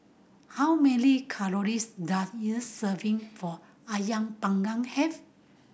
how many calories does a serving of Ayam Panggang have